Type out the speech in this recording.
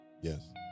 Yes